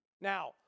Now